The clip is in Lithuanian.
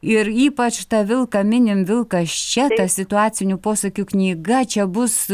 ir ypač tą vilką minim vilkas čia ta situacinių posakių knyga čia bus